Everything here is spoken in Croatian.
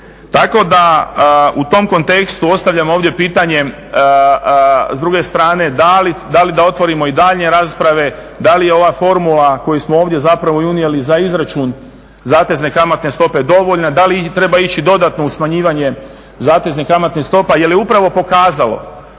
Tako da u tom kontekstu ostavljamo ovdje pitanje s druge strane da li da otvorimo i daljnje rasprave, da li je ova formula koju smo ovdje zapravo i unijeli za izračun zatezne kamatne stope dovoljna? Da li treba ići dodatno u smanjivanje zateznih kamatnih stopa? Jer je upravo pokazalo